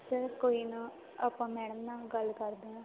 sir ਕੋਈ ਨਾ ਆਪਾਂ ਮੈਡਮ ਨਾਲ ਗੱਲ ਕਰਦੇ ਹਾਂ